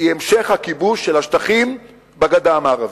היא המשך הכיבוש של השטחים בגדה המערבית.